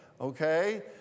okay